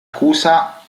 accusa